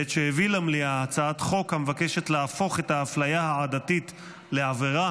בעת שהביא למליאה הצעת חוק המבקשת להפוך את האפליה העדתית לעבירה,